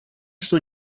что